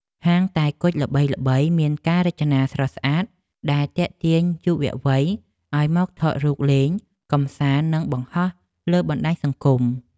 ហាងតែគុជល្បីៗមានការរចនាស្រស់ស្អាតដែលទាក់ទាញយុវវ័យឱ្យមកថតរូបលេងកម្សាន្តនិងបង្ហោះលើបណ្តាញសង្គម។